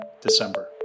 December